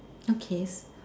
okay